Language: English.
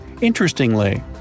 Interestingly